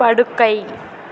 படுக்கை